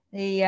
Thì